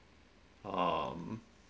um